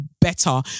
better